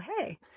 hey